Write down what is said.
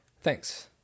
Thanks